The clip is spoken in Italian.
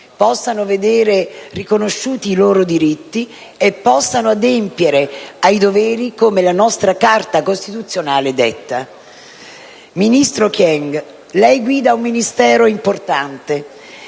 Ministro Kyenge, lei guida un Ministero importante